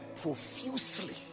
profusely